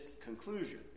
conclusion